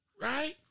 Right